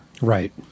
Right